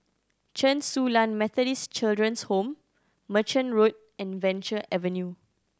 Chen Su Lan Methodist Children's Home Merchant Road and Venture Avenue